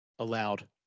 allowed